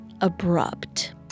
abrupt